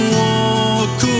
walk